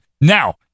Now